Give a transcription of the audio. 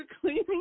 cleaning